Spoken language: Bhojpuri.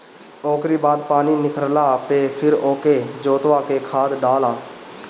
ओकरी बाद पानी निखरला पे फिर ओके जोतवा के खाद डाल दअ